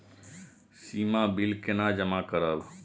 सीमा bill केना जमा करब?